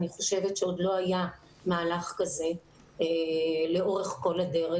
אני חושבת שעוד לא היה מהלך כזה לאורך כל הדרך.